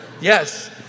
Yes